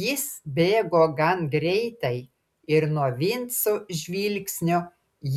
jis bėgo gan greitai ir nuo vinco žvilgsnio